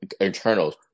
internals